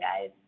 guys